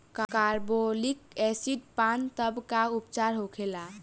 Carbolic acid पान तब का उपचार होखेला?